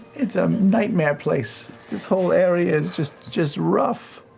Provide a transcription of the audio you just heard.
it's a nightmare place. this whole area is just just rough.